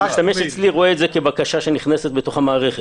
אני רואה את זה אצלי כבקשה שנכנסת למערכת.